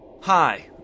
hi